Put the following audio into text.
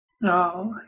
No